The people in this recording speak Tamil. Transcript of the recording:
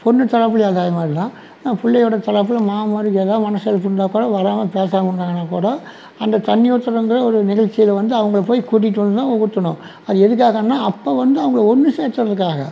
பொண்ணு தரப்புலேயும் அதேமாதிரி தான் பிள்ளையோட தரப்பில் மாமன்மார்கள் ஏதாவது மனசில வச்சு இருந்தால்கூட வராமல் பேசாமல் இருந்தாங்கனா கூட அந்த தண்ணீர் ஊற்றணுங்கற ஒரு நிகழ்ச்சியில் வந்து அவங்கள போய் கூட்டிட்டு வந்து தான் ஊற்றணும் அது எதுக்காகனா அப்போ வந்து அவங்கள ஒன்று சேக்கிறதுக்காக